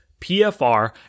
PFR